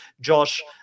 Josh